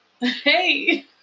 Hey